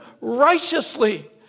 righteously